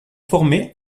formé